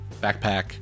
backpack